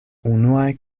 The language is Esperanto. unuaj